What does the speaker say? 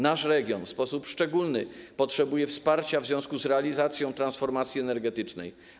Nasz region w sposób szczególny potrzebuje wsparcia w związku z realizacją transformacji energetycznej.